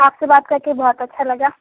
آپ سے بات کر کے بہت اچھا لگا